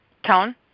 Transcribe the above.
Tone